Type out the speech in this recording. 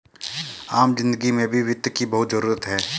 आम जिन्दगी में भी वित्त की बहुत जरूरत है